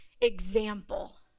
example